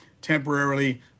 temporarily